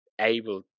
able